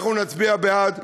אנחנו נצביע בעד.